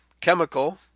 chemical